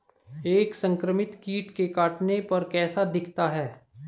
एक संक्रमित कीट के काटने पर कैसा दिखता है?